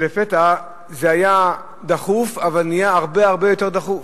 שלפתע, זה היה דחוף אבל נהיה הרבה הרבה יותר דחוף.